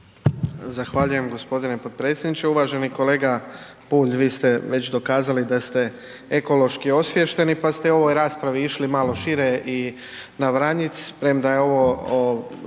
Zahvaljujem gospodine potpredsjedniče. Uvaženi kolega Bulj, vi ste već dokazali da ste ekološki osviješteni pa ste u ovoj raspravi išli malo šire i na Vranjic premda je ovo